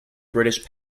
british